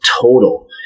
total